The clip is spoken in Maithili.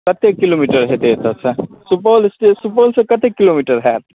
कते किलोमीटर हेतै एतऽ सँ सुपौलसँ कते किलोमीटर हैत